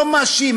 לא מאשים,